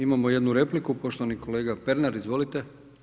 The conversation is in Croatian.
Imamo jednu repliku, poštovani kolega Pernar, izvolite.